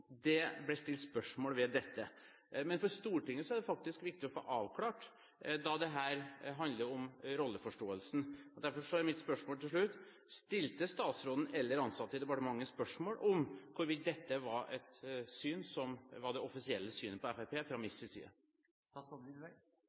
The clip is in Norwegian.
det ble stilt spørsmål ved dette. Men for Stortinget er det faktisk viktig å få avklart, da dette handler om rolleforståelsen. Derfor er mitt spørsmål til slutt: Stilte statsråden eller ansatte i departementet spørsmål om dette synet var det offisielle synet på Fremskrittspartiet fra